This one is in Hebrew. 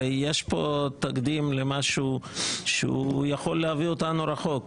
הרי יש פה תקדים למשהו שיכול להביא אותנו רחוק.